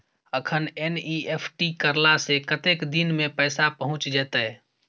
अखन एन.ई.एफ.टी करला से कतेक दिन में पैसा पहुँच जेतै?